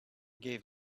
gave